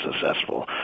successful